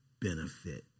benefit